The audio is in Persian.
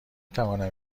توانم